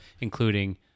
including